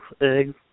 eggs